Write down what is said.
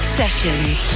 sessions